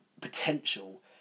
potential